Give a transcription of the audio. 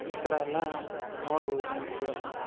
ಈ ಥರ ಎಲ್ಲ ನೋಡ್ಬೌದು ನಾವುಗಳು